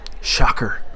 Shocker